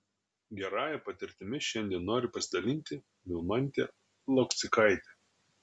gerąja patirtimi šiandien nori pasidalinti vilmantė lokcikaitė